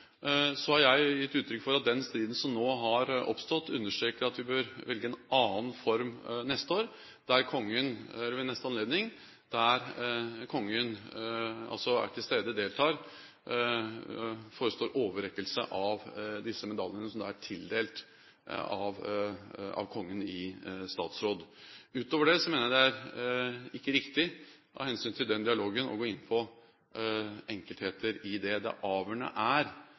Så har jeg gitt uttrykk for at den striden som nå har oppstått, understreker at vi bør velge en annen form neste år, eller ved neste anledning, der kongen også er til stede, at han deltar og forestår overrekkelsen av disse medaljene som er tildelt av Kongen i statsråd. Utover det mener jeg det ikke er riktig – av hensyn til den dialogen – å gå inn på enkeltheter i dette. Det avgjørende er